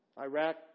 Iraq